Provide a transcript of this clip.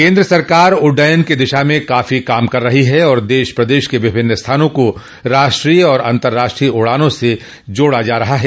केन्द्र सरकार उड्डयन की दिशा में काफी काम कर रही है और देश प्रदेश के विभिन्न स्थानों को राष्ट्रीय और अतर्राष्ट्रीय उड़ानों से जोड़ा जा रहा है